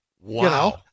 Wow